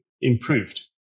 improved